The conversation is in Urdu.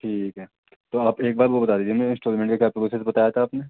ٹھیک ہے تو آپ ایک بار وہ بتا دیجیے مجھے انسٹالمنٹ کے کیا پروسیز بتایا تھا آپ نے